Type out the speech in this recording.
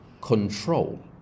control